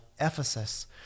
Ephesus